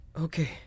Okay